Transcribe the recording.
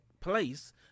place